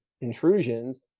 intrusions